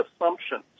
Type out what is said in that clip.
assumptions